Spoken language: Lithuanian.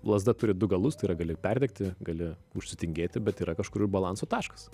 lazda turi du galus tai yra gali perdegti gali užsitingėti bet yra kažkur ir balanso taškas